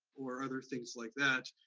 or other things like that,